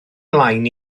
mlaen